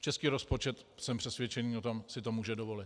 Český rozpočet, jsem přesvědčen o tom, si to může dovolit.